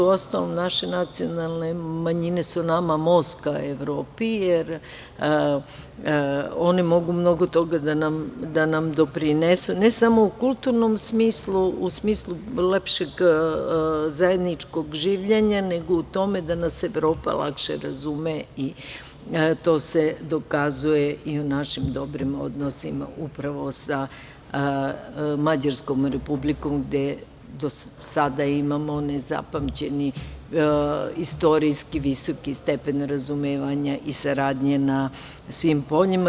Uostalom, naše nacionalne manjine su nama most ka Evropi, jer one mogu mnogo toga da nam doprinesu, ne samo u kulturnom smislu, u smislu lepšeg zajedničkog življenja, nego u tome da nas Evropa lakše razume, a to se dokazuje i u našim dobrim odnosima upravo sa Mađarskom Republikom, gde do sada imamo nezapamćeni istorijski visoki stepen razumevanja i saradnje na svim poljima.